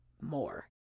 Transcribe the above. more